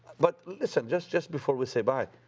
but listen, just just before we say bye,